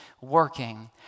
working